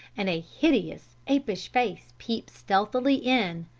and a hideous, apish face peep stealthily in,